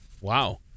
Wow